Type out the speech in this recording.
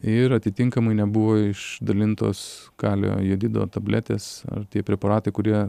ir atitinkamai nebuvo išdalintos kalio jodido tabletės ar tie preparatai kurie